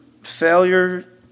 Failure